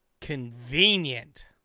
Convenient